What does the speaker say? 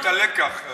לכן לא הבנתי את הלקח.